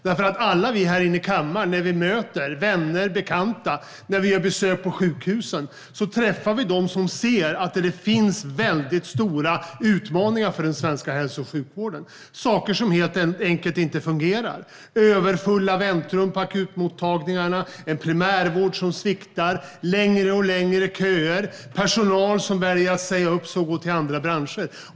När alla här i kammaren, våra vänner och bekanta gör besök på sjukhus träffar vi dem som ser att det finns väldigt stora utmaningar för den svenska hälso och sjukvården. Det finns saker som helt enkelt inte fungerar, till exempel överfulla väntrum på akutmottagningarna, en primärvård som sviktar, längre och längre köer, personal som väljer att säga upp sig och gå över till andra branscher.